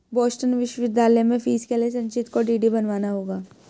Boston विश्वविद्यालय में फीस के लिए संचित को डी.डी बनवाना होगा